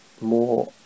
more